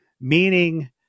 Meaning